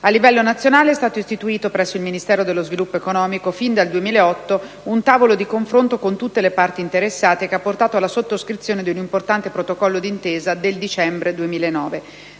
A livello nazionale è stato istituito, presso il Ministero dello sviluppo economico, fin dal 2008, un tavolo di confronto con tutte le parti interessate che ha portato alla sottoscrizione di un importante protocollo d'intesa del dicembre 2009.